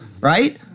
right